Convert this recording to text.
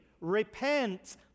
Repent